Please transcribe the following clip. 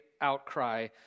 outcry